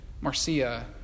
Marcia